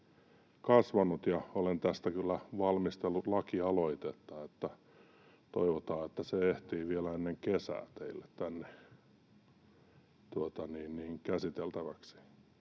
kasvanut. Olen tästä kyllä valmistellut lakialoitetta, ja toivotaan, että se ehtii vielä ennen kesää teille tänne käsiteltäväksi.